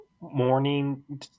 morning